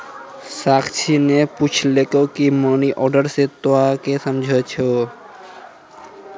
साक्षी ने पुछलकै की मनी ऑर्डर से तोंए की समझै छौ